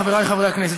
חבריי חברי הכנסת,